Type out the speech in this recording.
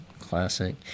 Classic